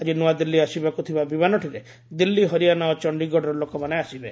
ଆକି ନୂଆଦିଲ୍ଲୀ ଆସିବାକୁ ଥିବା ବିମାନଟିରେ ଦିଲ୍ଲୀ ହରିୟାନା ଓ ଚଣ୍ଡିଗଡର ଲୋକମାନେ ଆସିବେ